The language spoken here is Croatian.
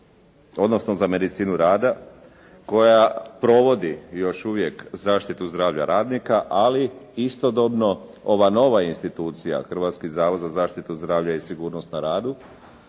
odnosno za medicinu rada koja provodi još uvijek zaštitu zdravlja radnika, ali istodobno ova nova institucija Hrvatski zavod za zaštitu zdravlja i sigurnost na radu